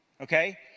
Okay